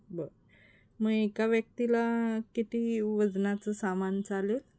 बर मग एका व्यक्तीला किती वजनाचं सामान चालेल